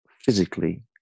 physically